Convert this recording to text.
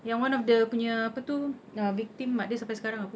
yang one of dia punya apa tu uh victim mak dia sampai sekarang apa